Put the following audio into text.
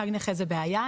תו נכה זה בעיה,